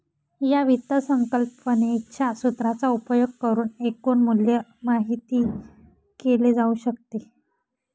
या वित्त संकल्पनेच्या सूत्राचा उपयोग करुन एकूण मूल्य माहित केले जाऊ शकते